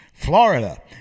Florida